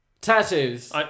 tattoos